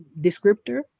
descriptor